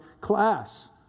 class